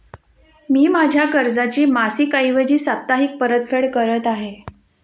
मी माझ्या कर्जाची मासिक ऐवजी साप्ताहिक परतफेड करत आहे